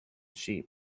sheep